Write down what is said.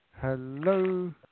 Hello